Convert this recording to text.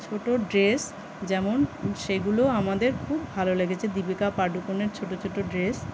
ছোটো ড্রেস যেমন সেগুলোও আমাদের খুব ভালো লেগেছে দীপিকা পাডুকোনের ছোটো ছোটো ড্রেস